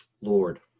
Lord